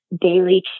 daily